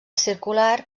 circular